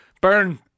burn